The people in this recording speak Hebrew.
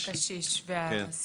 לגבי הקשיש והסיעודי.